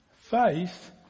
Faith